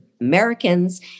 Americans